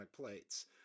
plates